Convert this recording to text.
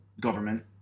government